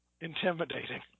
intimidating